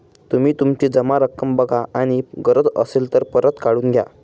तुम्ही तुमची जमा रक्कम बघा आणि गरज असेल तर परत काढून घ्या